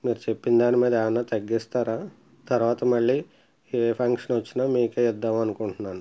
మీరు చెప్పిన దానిమీద ఏమన్నా తగ్గిస్తారా తర్వాత మళ్ళీ ఏ ఫంక్షన్ వచ్చినా మీకే ఇద్దామనుకుంట్నాను